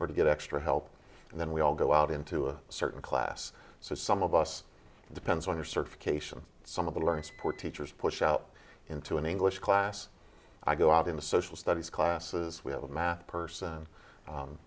to get extra help and then we all go out into a certain class so some of us it depends on your certification some of the learning support teachers push out into an english class i go out in the social studies classes we have a math person